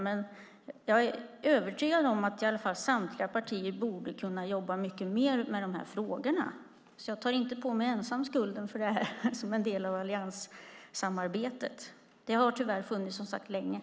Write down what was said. Men jag är övertygad om att samtliga partier borde kunna jobba mycket mer med de frågorna. Jag tar inte ensam på mig skulden för det här som en del av allianssamarbetet. Det har tyvärr funnits länge, som sagt.